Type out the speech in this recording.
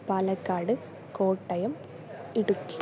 Palakkad Kottayam Idukki